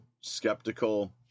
skeptical